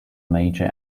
major